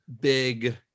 big